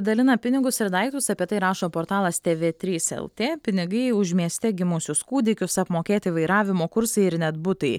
dalina pinigus ir daiktus apie tai rašo portalas tv trys lt pinigai už mieste gimusius kūdikius apmokėti vairavimo kursai ir net butai